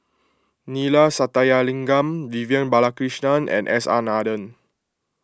Neila Sathyalingam Vivian Balakrishnan and S R Nathan